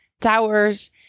towers